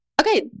okay